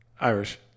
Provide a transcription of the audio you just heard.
Irish